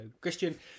Christian